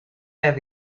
have